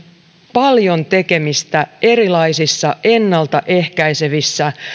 paljon tekemistä erilaisissa ennalta ehkäisevissä